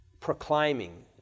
proclaiming